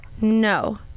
no